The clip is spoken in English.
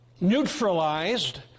neutralized